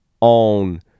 on